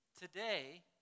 Today